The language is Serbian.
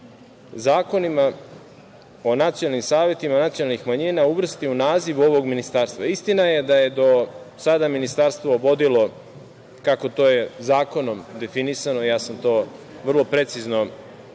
Zakonima o nacionalnim savetima nacionalnih manjina uvrsti u naziv ovog Ministarstva. Istina je da je do sada ministarstvo vodilo, kako, to je zakonom definisano. Ja sam to vrlo precizno